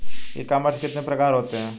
ई commerce के कितने प्रकार होते हैं?